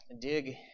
Dig